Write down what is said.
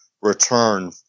return